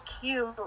cute